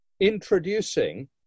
introducing